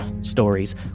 stories